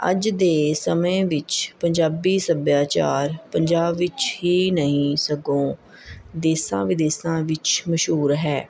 ਅੱਜ ਦੇ ਸਮੇਂ ਵਿੱਚ ਪੰਜਾਬੀ ਸੱਭਿਆਚਾਰ ਪੰਜਾਬ ਵਿੱਚ ਹੀ ਨਹੀਂ ਸਗੋਂ ਦੇਸਾਂ ਵਿਦੇਸਾਂ ਵਿੱਚ ਮਸ਼ਹੂਰ ਹੈ